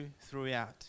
throughout